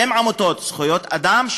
שהן עמותות זכויות אדם,